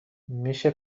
میشه